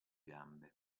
gambe